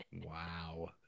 Wow